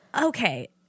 okay